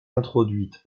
introduite